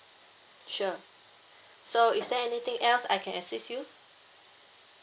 sure so is there anything else I can assist you